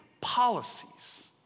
policies